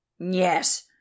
Yes